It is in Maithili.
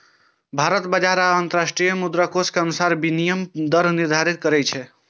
भारत बाजार आ अंतरराष्ट्रीय मुद्राकोष के अनुसार विनिमय दर निर्धारित करै छै